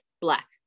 black